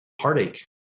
heartache